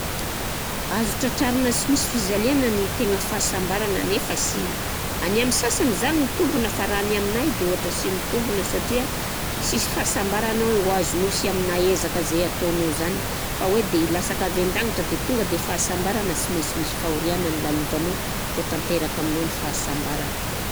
Azo tratrarina sy misy fizaliana ny tegna fahasambarana nefa sy-, agny amin'ny sasagny zany mitombona fa raha aminay de ôhatran'ny sy mitombona satria sisy fahasambarana hoe ho azonao sy amina ezaka zay ataonao zany fa hoe de ilasaka avy an-dangitry de tonga de fahasambarana, sy mainsy misy fahoriana nolalovanao vao tanteraka aminao ny fahasambaragna.